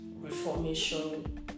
reformation